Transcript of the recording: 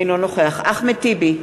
אינו נוכח אחמד טיבי,